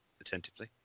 attentively